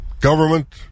government